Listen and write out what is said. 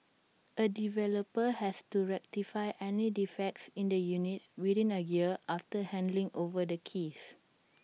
A developer has to rectify any defects in the units within A year after handing over the keys